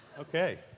Okay